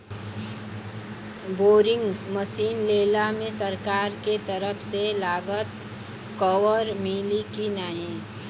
Boring machine लेला मे सरकार के तरफ से लागत कवर मिली की नाही?